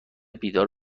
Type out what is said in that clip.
بیدار